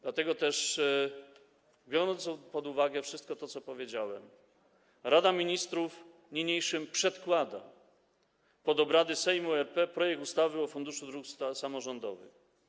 Dlatego też, biorąc pod uwagę wszystko to, co powiedziałem, Rada Ministrów niniejszym przedkłada pod obrady Sejmu RP projekt ustawy o Funduszu Dróg Samorządowych.